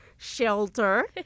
Shelter